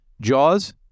Jaws